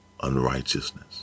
unrighteousness